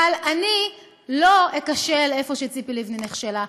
אבל אני לא אכשל איפה שציפי לבני נכשלה,